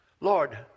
Lord